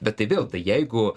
bet tai vėl tai jeigu